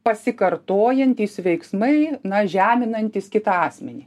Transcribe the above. pasikartojantys veiksmai na žeminantys kitą asmenį